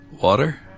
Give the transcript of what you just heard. Water